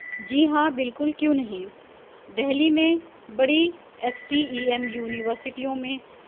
جی ہاں بالکل کیوں نہیں دہلی میں بڑی ایس ٹی ای ایم یونیورسٹیوں میں